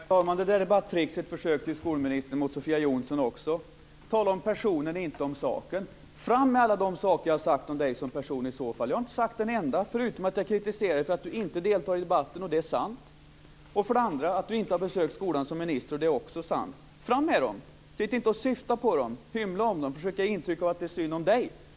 Herr talman! Det där är bara tricks och försök, skolministern, också mot Sofia Jonsson. Tala om personen, inte om saken. Fram med alla de saker som jag har sagt om Ingegerd Wärnersson som person! Jag har inte sagt en enda, förutom att jag kritiserat henne för att hon inte deltar i debatten. Och det är sant. Det andra är att hon inte har besökt skolan som minister, och det är också sant. Fram med dem, sitt inte och syfta på dem, hymla inte om dem och försök ge intryck av att det är synd om Ingegerd Wärnersson.